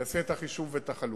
יעשה את החישוב ואת החלוקה.